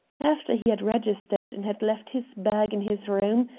after he had registered and had left his bag in his room,